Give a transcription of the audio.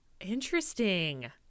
Interesting